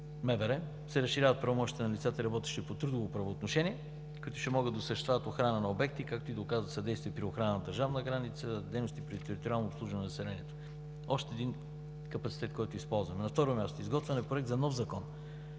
се разширяват правомощията на лицата, работещи по трудово правоотношение, които ще могат да осъществяват охрана на обекти, както и да оказват съдействие при охрана на държавна граница, дейности при териториално обслужване на населението. Още един капацитет, който използваме. На второ място, изготвен е Проект за нов Закон